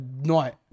night